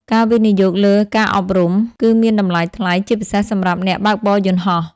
ការវិនិយោគលើការអប់រំ គឺមានតម្លៃថ្លៃ ជាពិសេសសម្រាប់អ្នកបើកបរយន្តហោះ។